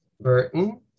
Burton